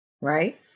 Right